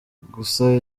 gusa